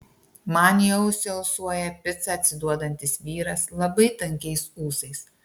man į ausį alsuoja pica atsiduodantis vyras labai tankiais ūsais